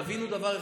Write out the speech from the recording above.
תבינו דבר אחד: